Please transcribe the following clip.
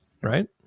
Right